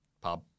pub